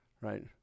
right